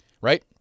right